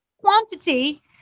quantity